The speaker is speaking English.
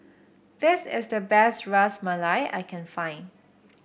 this is the best Ras Malai I can find